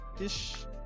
Ish